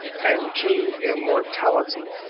and to immortality!